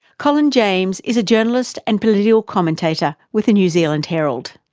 colin james is a journalist and political commentator with the new zealand herald.